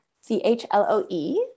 C-H-L-O-E